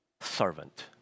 servant